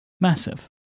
massive